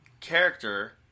character